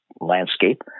landscape